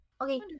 Okay